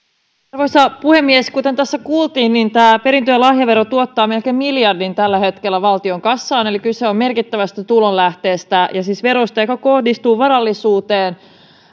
arvoisa puhemies kuten tässä kuultiin niin tämä perintö ja lahjavero tuottaa melkein miljardin tällä hetkellä valtion kassaan eli kyse on merkittävästä tulonlähteestä ja siis verosta joka kohdistuu varallisuuteen